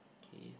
okay